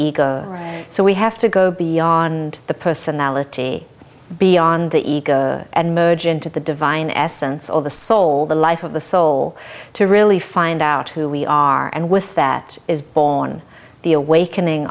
ego so we have to go beyond the personality beyond the ego and merge into the divine essence of the soul the life of the soul to really find out who we are and with that is born the awakening